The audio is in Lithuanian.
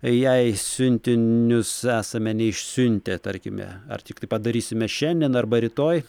jei siuntinius esame neišsiuntę tarkime ar tiktai padarysime šiandien arba rytoj